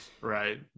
Right